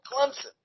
Clemson